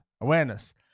awareness